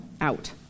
out